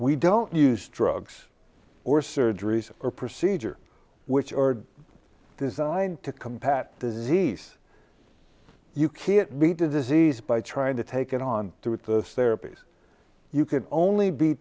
we don't use drugs or surgeries or procedure which are designed to compact disease you can't beat a disease by trying to take it on through with this there appease you can only be